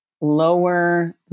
lower